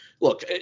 look